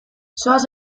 zoaz